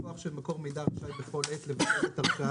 "לקוח שמקור מידע רשאי בכל עת לבטל את הרשאת